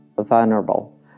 vulnerable